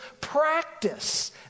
practice